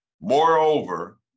Moreover